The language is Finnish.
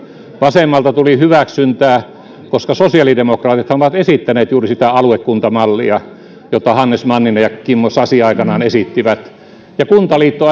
vasemmalta tuli hyväksyntää koska sosiaalidemokraatithan ovat esittäneet juuri sitä aluekuntamallia jota hannes manninen ja kimmo sasi aikoinaan esittivät ja kuntaliitto